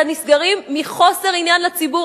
אלא נסגרים מחוסר עניין לציבור.